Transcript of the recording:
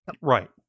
Right